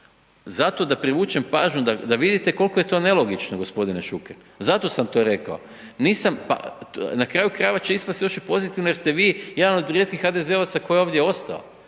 zato da privuknem pažnju, da vidite koliko je to nelogično gospodine Šuker, zato sam to rekao. Nisam na kraju krajeva će ispasti još i pozitivno, jer ste vi, jedan od rijetkih HDZ-ovaca koji je ovdje ostao,